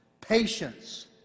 patience